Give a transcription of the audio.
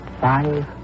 five